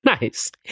Nice